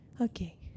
Okay